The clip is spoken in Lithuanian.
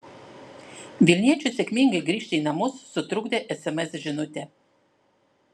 vilniečiui sėkmingai grįžti į namus sutrukdė sms žinutė